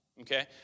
okay